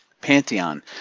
Pantheon